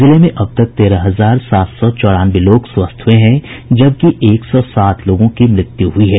जिले में अब तक तेरह हजार सात सौ चौरानवे लोग स्वस्थ हुये हैं जबकि एक सौ सात लोगों की मृत्यु हुई है